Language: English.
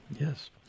yes